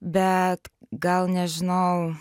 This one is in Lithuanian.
bet gal nežinau